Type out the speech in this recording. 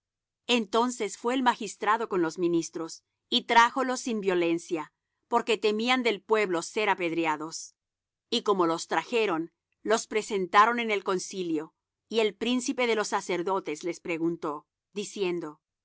entonces fué el magistrado con los ministros y trájolos sin violencia porque temían del pueblo ser apedreados y como los trajeron los presentaron en el concilio y el príncipe de los sacerdotes les preguntó diciendo